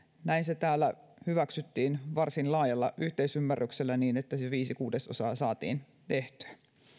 näin se täällä hyväksyttiin varsin laajalla yhteisymmärryksellä niin että se viisi kuudesosaa saatiin tehtyä